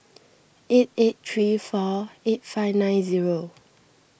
eight eight three four eight five nine zero